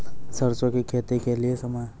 सरसों की खेती के लिए समय?